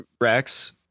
Rex